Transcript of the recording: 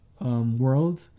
world